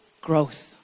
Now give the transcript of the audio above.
growth